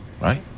Right